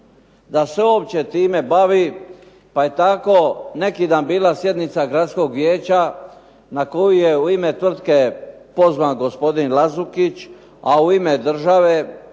da se uopće time bavi. Pa je tako neki dan bila sjednica gradskog vijeća na kojoj je u ime tvrtke pozvan gospodine Lazukić, a u ime države